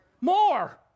More